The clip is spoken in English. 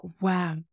wow